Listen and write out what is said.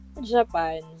Japan